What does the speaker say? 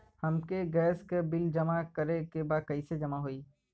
हमके गैस के बिल जमा करे के बा कैसे जमा होई?